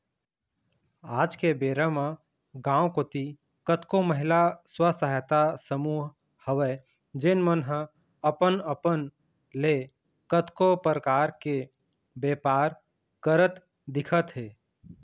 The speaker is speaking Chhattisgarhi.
आज के बेरा म गाँव कोती कतको महिला स्व सहायता समूह हवय जेन मन ह अपन अपन ले कतको परकार के बेपार करत दिखत हे